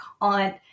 on